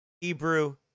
Hebrew